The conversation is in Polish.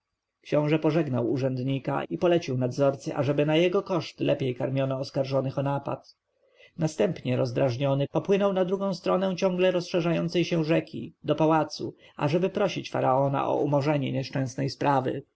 książę pożegnał urzędnika i polecił nadzorcy ażeby na jego koszt lepiej karmiono oskarżonych o napad następnie rozdrażniony popłynął na drugą stronę ciągle rozszerzającej się rzeki do pałacu ażeby prosić faraona o umorzenie nieszczęsnej sprawy